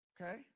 Okay